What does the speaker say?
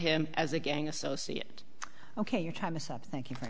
him as a gang associate ok your time is up thank you very